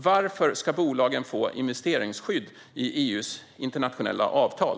Varför ska bolagen få investeringsskydd i EU:s internationella avtal?